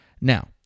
now